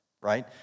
right